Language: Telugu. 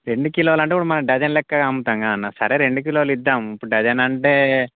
రెండు కిలోలంటే ఇప్పుడు మనం డజన్ లెక్కగా అమ్ముతాం కదా అన్న సరే రెండు కిలోలు ఇద్దాము ఇప్పుడు డజన్ అంటే